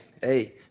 hey